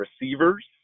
receivers